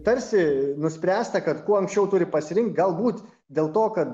tarsi nuspręsta kad kuo anksčiau turi pasirinkt galbūt dėl to kad